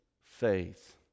faith